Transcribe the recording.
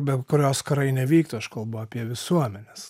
be kurios karai nevyktų aš kalbu apie visuomenes